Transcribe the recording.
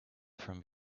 from